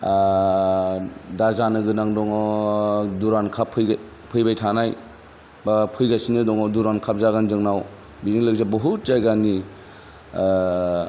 दा जानो गोनां दङ दुरान्ड काप फैबाय थानाय बा फैगासिनो दङ दुरान्ड काप जागोन जोंनाव बिजों लोगोसे बुहुथ जायगानि